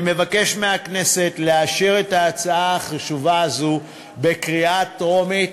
אני מבקש מהכנסת לאשר את ההצעה החשובה הזאת בקריאה טרומית.